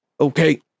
okay